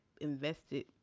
invested